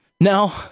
Now